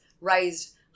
raised